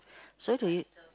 so do you